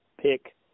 pick